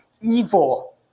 evil